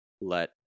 let